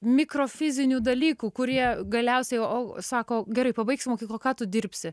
mikrofizinių dalykų kurie galiausiai o sako gerai pabaigsi mokyklą o ką tu dirbsi